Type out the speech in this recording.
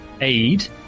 aid